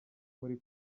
muri